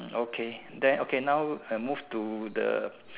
okay then okay now I move to the